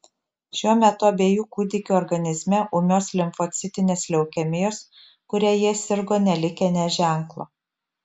šiuo metu abiejų kūdikių organizme ūmios limfocitinės leukemijos kuria jie sirgo nelikę nė ženklo